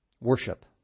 worship